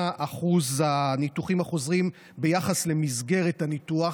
באחוז הניתוחים החוזרים ביחס למסגרת הניתוח,